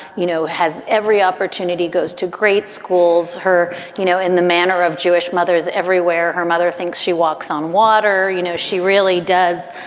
you know, has every opportunity goes to great schools, her, you know, in the manner of jewish mothers everywhere. her mother thinks she walks on water. you know, she really does,